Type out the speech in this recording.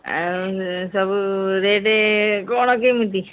ଆଉ ସବୁ ରେଟ୍ କ'ଣ କେମିତି